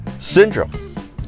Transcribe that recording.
syndrome